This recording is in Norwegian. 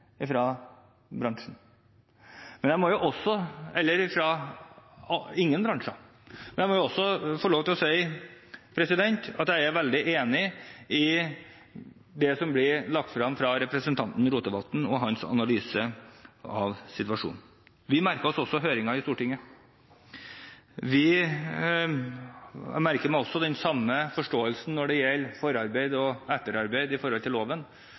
bransjen – ikke fra noen bransjer. Jeg må også få lov til å si at jeg er veldig enig i det som ble lagt frem av representanten Rotevatn, og hans analyse av situasjonen. Vi merker oss også høringen i Stortinget. Jeg merker meg også den samme forståelsen når det gjelder forarbeid og etterarbeid til loven,